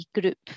group